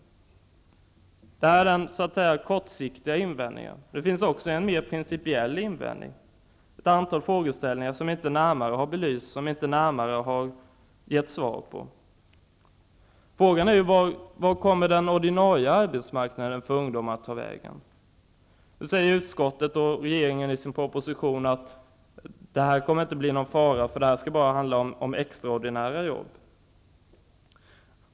Det är den kortsiktiga invändningen. Det finns också en mer principiell invändning. Det gäller ett antal frågeställningar som inte närmare har belysts och som inte närmare har getts svar på. Var kommer den ordinarie arbetsmarknaden för ungdomar att ta vägen? Nu säger utskottet, och regeringen i sin proposition, att det inte kommer att bli någon fara, eftersom det bara skall handla om extraordinära jobb.